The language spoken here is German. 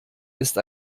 ist